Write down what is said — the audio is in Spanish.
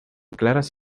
claras